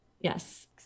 Yes